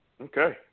Okay